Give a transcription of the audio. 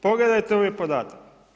Pogledajte ovaj podatak.